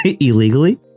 illegally